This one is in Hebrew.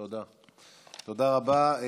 תודה רבה.